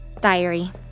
Diary